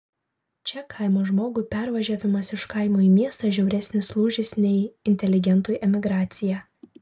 čia kaimo žmogui pervažiavimas iš kaimo į miestą žiauresnis lūžis nei inteligentui emigracija